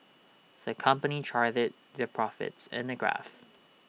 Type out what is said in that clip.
the company charted their profits in A graph